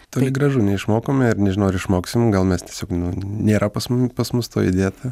toli gražu neišmokome ir nežinau ar išmoksim gal mes tiesiog nu nėra pas mumi pas mus toj įdėta